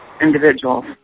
individuals